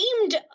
aimed